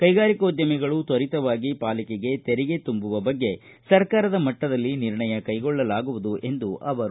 ಕೈಗಾರಿಕೋದ್ಯಮಿಗಳು ತ್ವರಿತವಾಗಿ ಪಾಲಿಕೆಗೆ ತೆರಿಗೆ ತುಂಬುವ ಬಗ್ಗೆ ಸರ್ಕಾರದ ಮಟ್ಟದಲ್ಲಿ ನಿರ್ಣಯ ಕೈಗೊಳ್ಳಲಾಗುವುದು ಎಂದರು